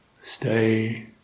Stay